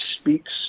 speaks